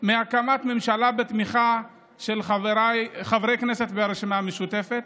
מהקמת ממשלה בתמיכה של חברי כנסת מהרשימה המשותפת,